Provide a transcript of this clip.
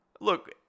Look